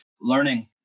learning